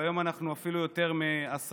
והיום אנחנו אפילו יותר מעשרות,